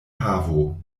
havo